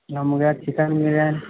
ನಮ್ಗೆ ಚಿಕನ್ ಬಿರ್ಯಾನಿ